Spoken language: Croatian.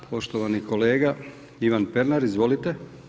Poštovani kolega, Ivan Pernar, izvolite.